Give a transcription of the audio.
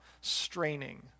straining